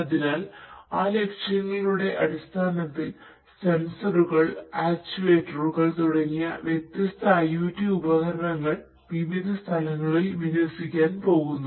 അതിനാൽ ആ ലക്ഷ്യങ്ങളുടെ അടിസ്ഥാനത്തിൽ സെൻസറുകൾ ആക്യുവേറ്ററുകൾ തുടങ്ങിയ വ്യത്യസ്ത IOT ഉപകരണങ്ങൾ വിവിധ സ്ഥലങ്ങളിൽ വിന്യസിക്കാൻ പോകുന്നു